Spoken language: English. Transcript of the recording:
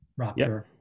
Raptor